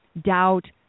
Doubt